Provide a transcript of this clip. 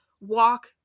Walk